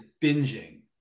binging